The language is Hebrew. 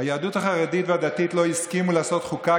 היהדות החרדית והדתית לא הסכימו לעשות חוקה,